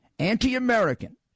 Anti-American